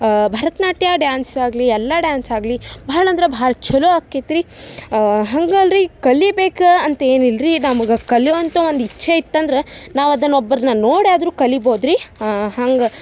Bharatanatyam dance ಆಗಲಿ ಎಲ್ಲ dance ಆಗಲಿ ಬಹಳ ಅಂದ್ರೆ ಬಹಳ ಛಲೊ ಆಕೈತ್ರಿ ಹಾಗಲ್ಲ ರಿ ಕಲಿಬೇಕು ಅಂತ ಏನಿಲ್ಲ ರಿ ನಮ್ಗೆ ಕಲಿಯುವಂಥ ಒಂದು ಇಚ್ಛೆ ಇತ್ತಂದ್ರೆ ನಾವು ಅದನ್ನು ಒಬ್ಬರನ್ನ ನೋಡಾದರೂ ಕಲಿಬೋದು ರಿ ಹಂಗೆ